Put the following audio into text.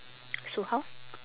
so how